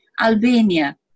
Albania